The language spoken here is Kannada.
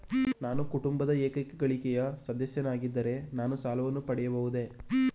ನಾನು ಕುಟುಂಬದ ಏಕೈಕ ಗಳಿಕೆಯ ಸದಸ್ಯನಾಗಿದ್ದರೆ ನಾನು ಸಾಲವನ್ನು ಪಡೆಯಬಹುದೇ?